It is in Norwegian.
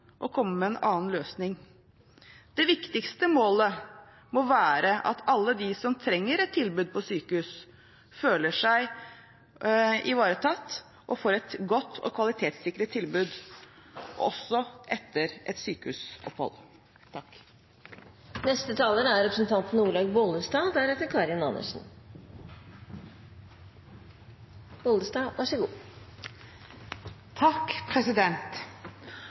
komme med en annen løsning. Det viktigste målet må være at alle som trenger et tilbud på sykehus, føler seg ivaretatt og får et godt og kvalitetssikret tilbud, også etter et sykehusopphold. Å sette et barn til verden er